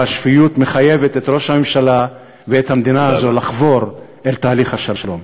והשפיות מחייבת את ראש הממשלה ואת המדינה הזאת לחבור לתהליך השלום.